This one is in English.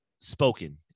spoken